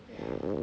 ya